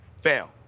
fail